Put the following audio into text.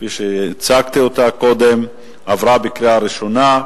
כפי שהצגתי קודם, עברה בקריאה ראשונה,